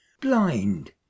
blind